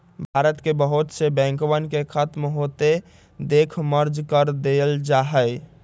भारत के बहुत से बैंकवन के खत्म होते देख मर्ज कर देयल जाहई